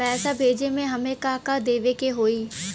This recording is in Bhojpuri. पैसा भेजे में हमे का का देवे के होई?